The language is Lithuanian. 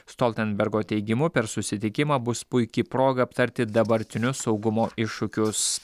stoltenbergo teigimu per susitikimą bus puiki proga aptarti dabartinius saugumo iššūkius